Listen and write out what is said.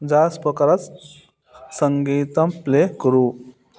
जास्पोकरस् सङ्गीतं प्ले कुरु